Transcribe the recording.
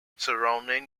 surrounding